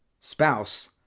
spouse